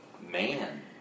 man